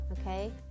Okay